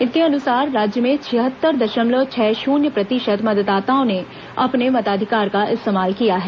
इनके अनुसार राज्य में छिहत्तर दशमलव छह शुन्य प्रतिशत मतदाताओं ने अपने मताधिकार का इस्तेमाल किया है